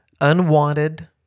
unwanted